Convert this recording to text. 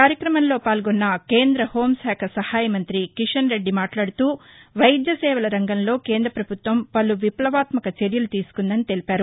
కార్యక్రమంలో పాల్గొన్న కేంద్ర హోంశాఖ సహాయ మంతి కిషన్ రెడ్డి మాట్లాడుతూ వైద్య సేవల రంగంలో కేంద్ర ప్రభుత్వం పలు విప్లవాత్మక చర్యలు తీసుకుందని తెలిపారు